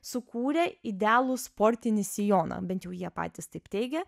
sukūrė idealų sportinį sijoną bent jau jie patys taip teigė